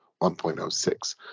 1.06